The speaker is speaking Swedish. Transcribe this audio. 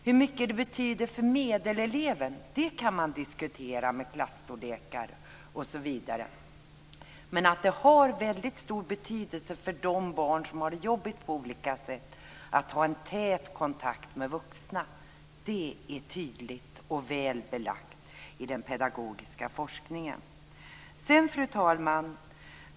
Hur mycket det betyder för medeleleven kan man diskutera, med klasstorlek osv., men att det har väldigt stor betydelse för de barn som har det jobbigt på olika sätt att ha en tät kontakt med vuxna är tydligt och väl belagt i den pedagogiska forskningen. Fru talman!